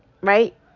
Right